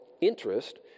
interest